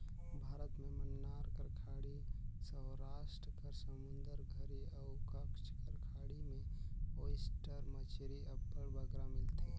भारत में मन्नार कर खाड़ी, सवरास्ट कर समुंदर घरी अउ कच्छ कर खाड़ी में ओइस्टर मछरी अब्बड़ बगरा मिलथे